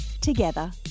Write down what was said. together